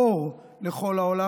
אור לכל העולם.